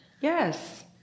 Yes